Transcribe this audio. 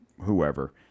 whoever